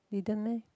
didn't meh